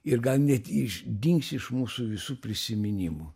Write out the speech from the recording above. ir gal net iš dings iš mūsų visų prisiminimų